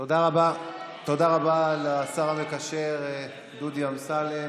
תודה רבה לשר המקשר דודי אמסלם.